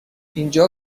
اینجا